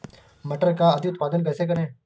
मटर का अधिक उत्पादन कैसे करें?